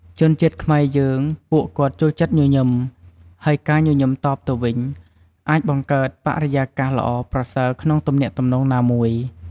ជនជាតិខ្មែរយើងពួកគាត់ចូលចិត្តញញឹម ហើយការញញឹមតបទៅវិញ អាចបង្កើតបរិយាកាសល្អប្រសើរក្នុងទំនាក់ទំនងណាមួយ។